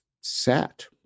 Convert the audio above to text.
sat